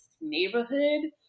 neighborhood